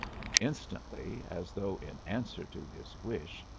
and instantly, as though in answer to his wish,